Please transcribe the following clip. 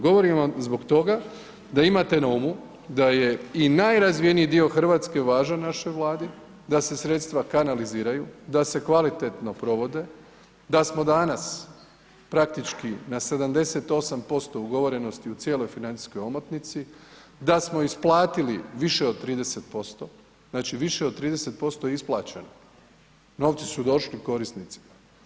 Govorim vam zbog toga da imate na umu da je i najrazvijeniji dio Hrvatske važan našoj Vladi, da se sredstva kanaliziraju, da se kvalitetno provode, da smo danas praktički na 78% ugovorenosti u cijeloj financijskoj omotnici, da smo isplatili više od 30%, znači više od 30% je isplaćeno, novci su došli korisnicima.